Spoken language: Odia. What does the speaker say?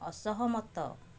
ଅସହମତ